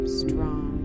strong